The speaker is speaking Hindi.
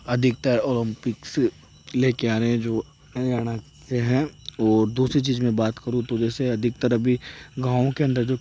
अधिकतर ओलंपिक्स लेके आ रहे है और दूसरी चीज मैं बात करो जैसे अधिकतर अभी गाँव के अंदर जो